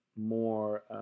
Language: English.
more